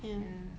ya